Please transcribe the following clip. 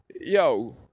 yo